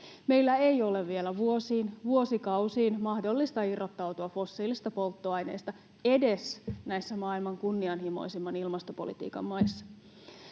Meillä ei ole vielä vuosiin, vuosikausiin mahdollista irrottautua fossiilisista polttoaineista edes näissä maailman kunnianhimoisimman ilmastopolitiikan maissa.